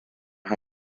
ha